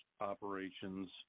operations